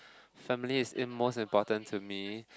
family is in most important to me